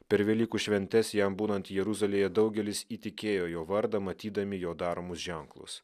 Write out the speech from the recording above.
per velykų šventes jam būnant jeruzalėje daugelis įtikėjo jo vardą matydami jo daromus ženklus